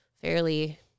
fairly